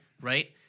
right